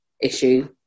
issue